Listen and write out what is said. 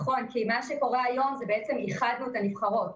נכון, כי מה שקורה היום, בעצם איחדנו את הנבחרות.